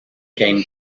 game